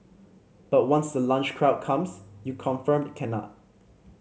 but once the lunch crowd comes you confirmed cannot